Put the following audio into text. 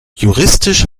juristisch